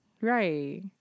right